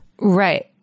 Right